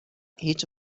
هیچ